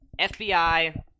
FBI